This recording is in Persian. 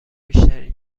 بیشتری